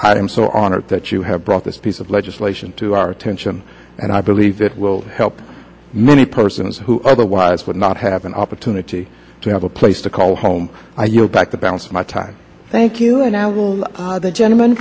i am so honored that you have brought this piece of legislation to our attention and i believe it will help many persons who otherwise would not have an opportunity to have a place to call home i yield back the balance of my time thank you and i will the gentleman